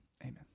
Amen